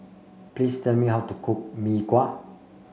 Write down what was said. please tell me how to cook Mee Kuah